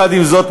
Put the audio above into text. עם זאת,